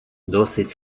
досить